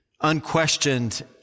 Unquestioned